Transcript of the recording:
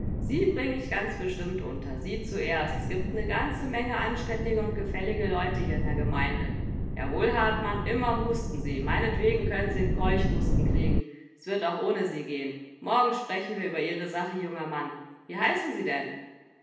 sie bring ich ganz bestimmt unter sie zuerst s gibt ne ganze menge anständige und gefällige leute hier in der gemeinde jawohl hartmann immer husten sie meinetwegen könn'n sie n keuchhusten kriegen s wird auch ohne sie gehen morgen sprechen wir über ihre sache junger mann wie heißen sie denn